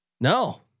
No